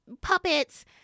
puppets